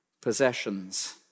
possessions